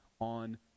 on